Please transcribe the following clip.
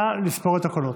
נא לספור את הקולות.